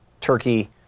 Turkey